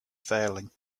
failing